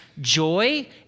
joy